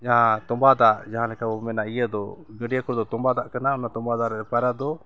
ᱡᱟᱦᱟᱸ ᱛᱚᱸᱵᱟ ᱫᱟᱜ ᱡᱟᱦᱟᱸ ᱞᱮᱠᱟ ᱵᱚᱱ ᱢᱮᱱᱟ ᱤᱭᱟᱹ ᱫᱚ ᱜᱟᱹᱰᱭᱟᱹ ᱠᱚᱫᱚ ᱛᱚᱢᱵᱟᱫᱟᱜ ᱠᱟᱱᱟ ᱚᱱᱟ ᱛᱚᱸᱵᱟ ᱫᱟᱜ ᱨᱮ ᱯᱟᱭᱨᱟ ᱫᱚ